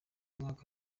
mwaka